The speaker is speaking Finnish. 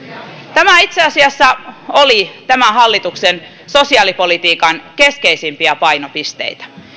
tämä itse asiassa oli tämän hallituksen sosiaalipolitiikan keskeisimpiä painopisteitä